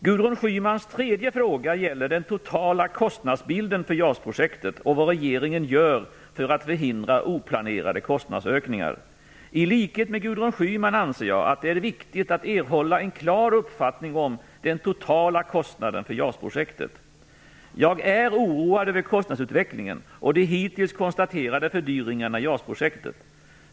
Gudrun Schymans tredje fråga gäller den totala kostnadsbilden för JAS-projektet och vad regeringen gör för att förhindra oplanerade kostnadsökningar. I likhet med Gudrun Schyman anser jag att det är viktigt att erhålla en klar uppfattning om den totala kostnaden för JAS-projektet. Jag är oroad över kostnadsutvecklingen och de hittills konstaterade fördyringarna i JAS-projektet.